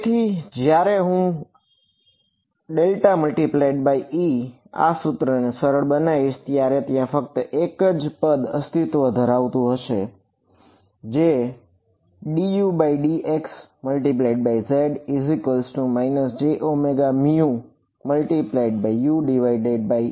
તેથી જ્યારે અહીં હું ∇×E આ સૂત્રને સરળ બનાવીશ ત્યારે ત્યાં ફક્ત એકજ પદ અસ્તિત્વ ધરાવતું હશે અને જે dUdxz jωμUηz હશે